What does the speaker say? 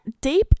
deep